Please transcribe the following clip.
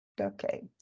Okay